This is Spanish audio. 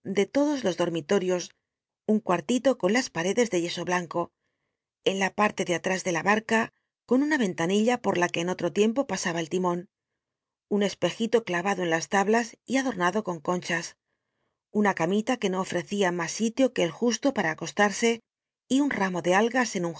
todos los dotmilol'ios un cuartito con las paredes de yeso blanco en la patle de at tús de la barca con una en lanilla por la que en otr o tiempo pasaba el timan un espejito clavado en las tablas y adomado con conchas nnir camita que no ofrccia mns sitio que el justo pata acoslatse y un ramo de algas en un